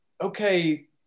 okay